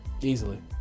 Easily